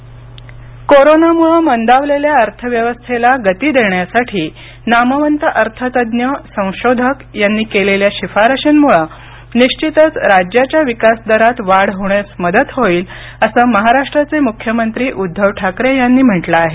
महाराष्ट्र मुख्यमंत्री कोरोनामुळे मंदावलेल्या अर्थव्यवस्थेला गती देण्यासाठी नामवंत अर्थतज्ज्ञ संशोधक यांनी केलेल्या शिफारशींमुळे निश्वितच राज्याच्या विकास दरात वाढ होण्यास मदत होईल असं महाराष्ट्राचे मुख्यमंत्री उद्धव ठाकरे यांनी म्हटलं आहे